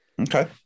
Okay